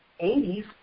80s